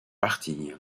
partie